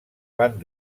van